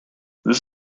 this